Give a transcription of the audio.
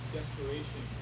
desperation